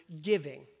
giving